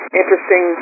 interesting